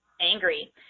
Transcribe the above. angry